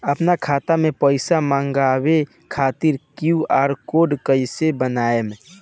आपन खाता मे पईसा मँगवावे खातिर क्यू.आर कोड कईसे बनाएम?